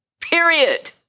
period